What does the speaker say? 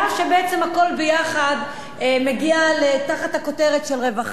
שבעצם הכול ביחד מגיע תחת הכותרת של רווחה.